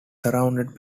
surrounded